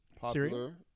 popular